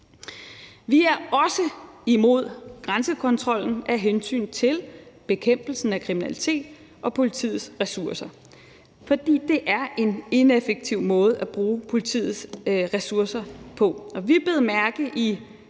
andet også imod grænsekontrollen af hensyn til bekæmpelsen af kriminalitet og til politiets ressourcer, fordi det er en ineffektiv måde at bruge politiets ressourcer på. Vi bed mærke i